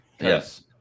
Yes